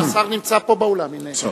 חבר הכנסת בוים, נמצא פה והשר נמצא פה, אנחנו